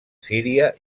síria